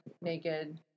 naked